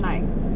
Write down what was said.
like